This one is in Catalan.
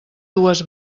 dues